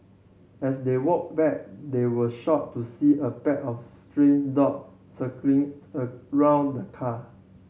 as they walked back they were shocked to see a pack of strains dog circling around the car